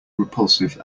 repulsive